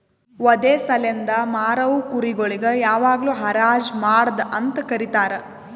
ವಧೆ ಸಲೆಂದ್ ಮಾರವು ಕುರಿ ಗೊಳಿಗ್ ಯಾವಾಗ್ಲೂ ಹರಾಜ್ ಮಾಡದ್ ಅಂತ ಕರೀತಾರ